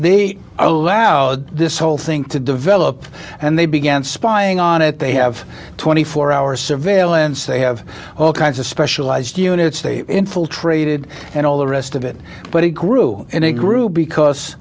the allow this whole thing to develop and they began spying on it they have twenty four hour surveillance they have all kinds of specialized units they infiltrated and all the rest of it but it grew and it grew because